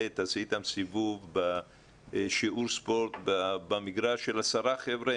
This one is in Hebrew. ה' שתעשה אתם סיבוב בשיעור ספורט במגרש עם 10 חבר'ה,